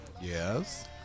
yes